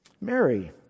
Mary